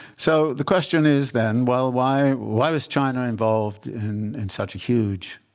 so the question is then, well, why why was china involved in in such a huge,